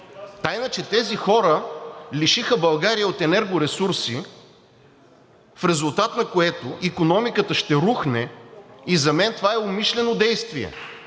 Тайна, че тези хора лишиха България от енергоресурси в резултат на което икономиката ще рухне и за мен това е умишлено действие.